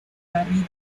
garrido